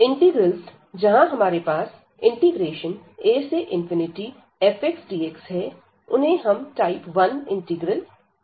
integrals जहां हमारे पास afxdxहै उन्हें हम टाइप 1 इंटीग्रल कहते हैं